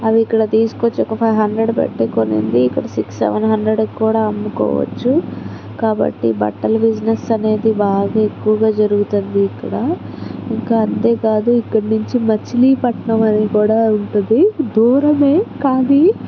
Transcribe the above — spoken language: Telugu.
అవి ఇక్కడ తీసుకొచ్చాక ఫైవ్ హండ్రెడ్ పెట్టి కొనింది ఇక్కడ సిక్స్ సెవెన్ హండ్రెడ్ కూడా అమ్ముకోవచ్చు కాబట్టి బట్టలు బిజినెస్ అనేది బాగా ఎక్కువగా జరుగుతుంది ఇక్కడ ఇంకా అంతేకాదు ఇక్కడి నుంచి మచిలీపట్నం అని కూడా ఉంటుంది దూరమే కానీ